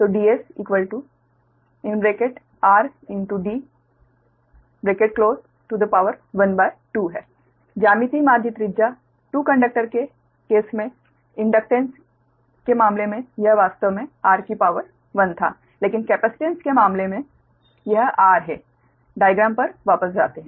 तो Ds12 है ज्यामितीय माध्य त्रिज्या 2 कंडक्टर के मामले में इंडक्टेंस के मामले में यह वास्तव में r था लेकिन कैपेसिटेंस के मामले में यह r है आरेख पर वापस जाते है